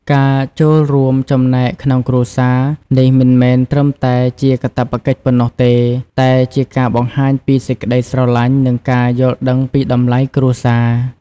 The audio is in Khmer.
ការចូលរួមចំណែកក្នុងគ្រួសារ នេះមិនមែនត្រឹមតែជាកាតព្វកិច្ចប៉ុណ្ណោះទេ តែជាការបង្ហាញពីសេចក្តីស្រឡាញ់ និងការយល់ដឹងពីតម្លៃគ្រួសារ។